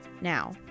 Now